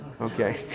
Okay